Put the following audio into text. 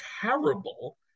terrible